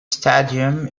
stadium